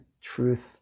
truth